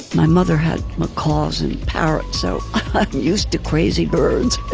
my mother had macaws and parrots, so i'm used to crazy birds.